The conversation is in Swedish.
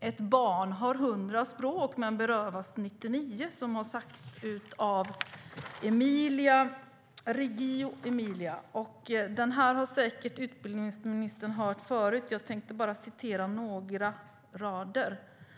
Ett barn har hundra språk . Utbildningsministern har säkert hört dem förr.